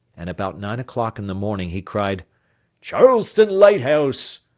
and about nine o'clock in the morning he cried charleston lighthouse!